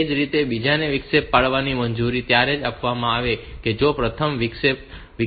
એ જ રીતે બીજાને વિક્ષેપ પાડવાની મંજૂરી ત્યારે જ આપવામાં આવશે કે જો પ્રથમ કોઈ વિક્ષેપ પેદા ન કરે